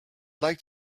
like